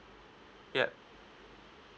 yup